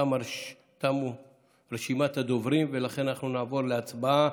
תמה רשימת הדוברים, ולכן אנחנו נעבור להצבעה